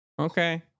okay